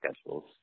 schedules